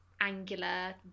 angular